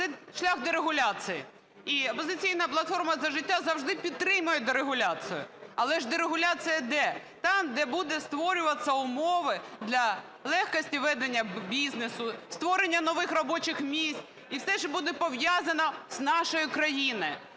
це шлях дерегуляції, і "Опозиційна платформа – За життя" завжди підтримає дерегуляцію. Але ж дерегуляція де? Там, де будуть створюватися умови для легкості ведення бізнесу, створення нових робочих місць і все, що буде пов'язано з нашою країною.